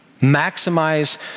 maximize